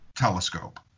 telescope